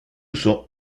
uso